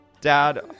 Dad